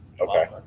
Okay